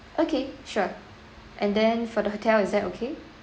okay sure and then for the hotel is that okay